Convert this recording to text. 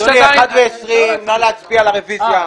גפני, 13:20, בוא נצביע על הרביזיה.